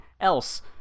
else